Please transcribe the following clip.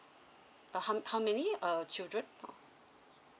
uh how how many uh children